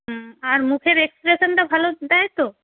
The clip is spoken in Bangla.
হুম আর মুখের এক্সপ্রেশনটা ভালো দেয় তো